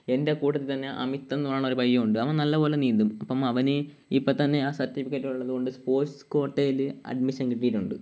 എൻ്റെ കൂട്ടത്തിൽ തന്നെ അമിത്ത് എന്ന് പറയുന്ന പയ്യൻ ഉണ്ട് അവൻ നല്ല പോലെ നീന്തും അപ്പോള് അവന് ഇപ്പോള് തന്നെ ആ സർട്ടിഫിക്കറ്റ് ഉള്ളതുകൊണ്ട് സ്പോർട്സ് ക്വോട്ടയില് അഡ്മിഷൻ കിട്ടിയിട്ടുണ്ട്